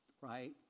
right